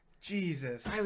Jesus